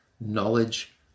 knowledge